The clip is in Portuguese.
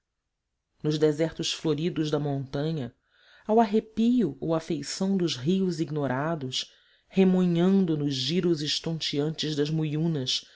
nos desertos floridos da montaa ao arrepio ou à feição dos rios ignorados remoinhando nos giros estonteantes das